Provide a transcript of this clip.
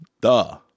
Duh